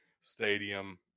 Stadium